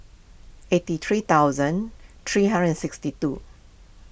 eighty three thousand three hundred and sixty two